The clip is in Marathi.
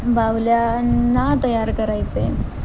बाहुल्यांना तयार करायचे